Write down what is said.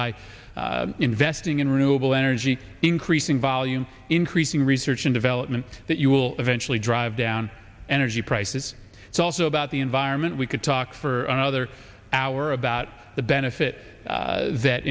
by investing in renewable energy increasing volume increasing research and development that you will eventually drive down energy prices it's also about the environment we could talk for another hour about the benefit that